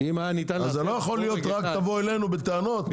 אז לא יכול להיות רק תבואו אלינו בטענות,